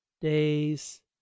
Days